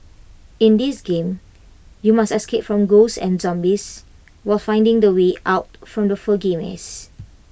in this game you must escape from ghosts and zombies while finding the way out from the foggy maze